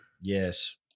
Yes